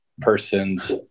person's